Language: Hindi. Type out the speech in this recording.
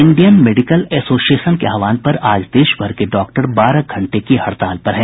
इंडियन मेडिकल एसोसिएशन के आह्वान पर आज देश भर के डॉक्टर बारह घंटें की हड़ताल पर हैं